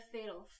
Fatal